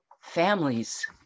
families